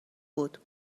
بود